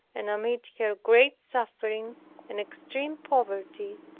and amid her great suffering and extreme poverty,